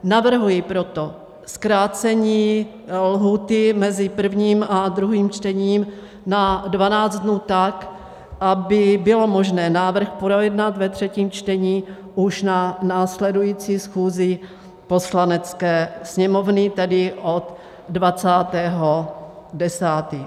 Navrhuji proto zkrácení lhůty mezi prvním a druhým čtením na 12 dnů, tak aby bylo možné návrh projednat ve třetím čtení už na následující schůzi Poslanecké sněmovny, tedy od 20. 10.